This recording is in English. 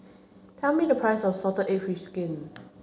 tell me the price of salted egg fish skin